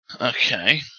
Okay